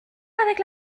avec